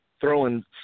throwing